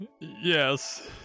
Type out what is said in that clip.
Yes